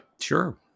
sure